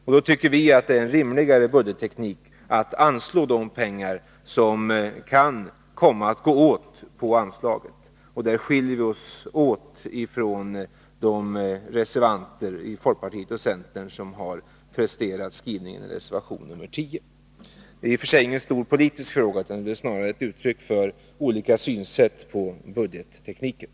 Vi tycker att det är en rimligare budgetteknik att anslå de pengar som kan komma att gå åt på anslaget. Där skiljer vi oss från de reservanter i folkpartiet och centern som har presterat skrivningen i reservation 10. Detta är i och för sig ingen större politisk fråga, utan det rör sig om olika synsätt på budgettekniken.